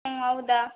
ಹ್ಞೂ ಹೌದಾ